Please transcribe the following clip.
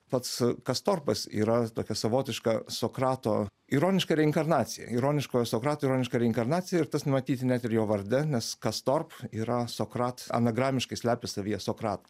pats kastorpas yra tokia savotiška sokrato ironiška reinkarnacija ironiškojo sokrato ironiška reinkarnacija ir tas numatyti net ir jo varde nes kastorp yra sokrat anagramiškai slepia savyje sokratą